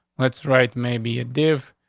let's right. maybe a div.